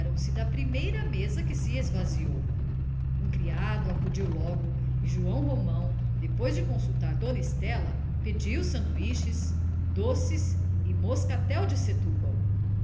da primeira mesa que se esvaziou um criado acudiu logo e joão romão depois de consultar dona estela pediu sanduíches doces e moscatel de setúbal